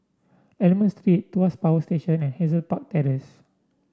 Almond Street Tuas Power Station and Hazel Park Terrace